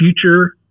future